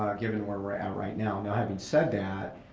given where we're at right now. and having said that,